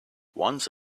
once